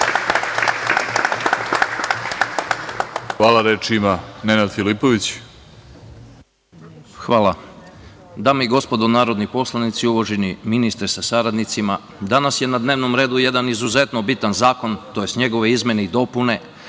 Filipović. **Nenad Filipović** Hvala. Dame i gospodo narodni poslanici, uvaženi ministre sa saradnicima, danas je na dnevnom redu jedan izuzetno bitan zakon tj. njegove izmene i dopune